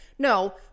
No